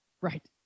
Right